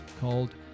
called